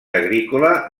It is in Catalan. agrícola